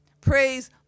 Praise